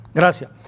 gracias